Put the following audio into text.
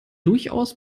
durchaus